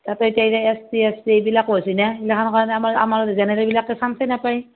তাতে এতিয়া S C S T এইবিলাকো হৈছে না সেইগিলাখানৰ কাৰণে আমাৰ আমাৰ জেনেৰেলবিলাকে চাঞ্চেই নাপায়